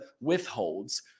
withholds